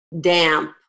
damp